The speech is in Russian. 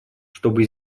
чтобы